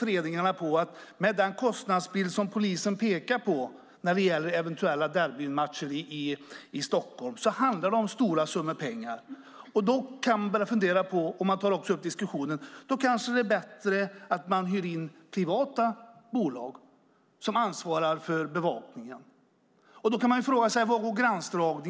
Föreningarna pekar på den kostnadsbild som polisen tar upp för eventuella derbymatcher i Stockholm. Det handlar om stora summor pengar. Då är det kanske bättre att hyra in privata bolag som ansvarar för bevakningen. Var går gränsen?